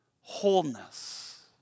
wholeness